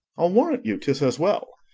i'll warrant you tis as well.